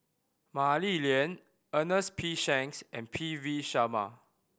Mah Li Lian Ernest P Shanks and P V Sharma